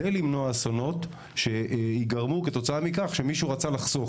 למנוע אסונות שייגרמו מכך שמישהו רצה לחסוך.